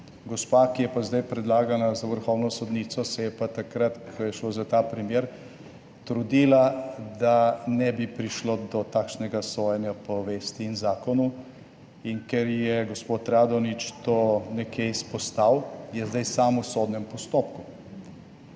Gospa, ki je pa zdaj predlagana za vrhovno sodnico, se je pa takrat, ko je šlo za ta primer, trudila, da ne bi prišlo do takšnega sojenja po vesti in zakonu. Ker je gospod Radonjić to nekje izpostavil, je zdaj sam v sodnem postopku.